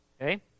okay